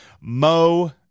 Mo